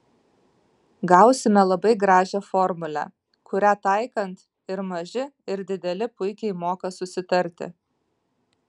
gausime labai gražią formulę kurią taikant ir maži ir dideli puikiai moka susitarti